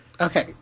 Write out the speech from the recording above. Okay